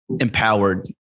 empowered